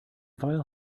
file